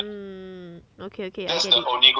mm okay okay I get it